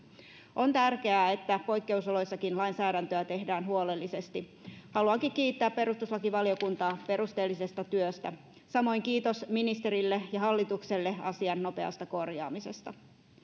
on tärkeää että poikkeusoloissakin lainsäädäntöä tehdään huolellisesti haluankin kiittää perustuslakivaliokuntaa perusteellisesta työstä samoin kiitos ministerille ja hallitukselle asian nopeasta korjaamisesta